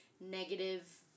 negative